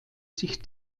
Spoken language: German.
sich